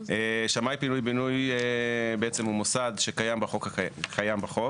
שמאיי פינוי בינוי, הוא בעצם מוסד שקיים בחוק.